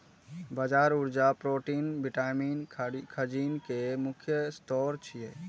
बाजरा ऊर्जा, protein, vitamin, खनिज के मुख्य स्रोत छियै